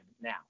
now